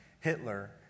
Hitler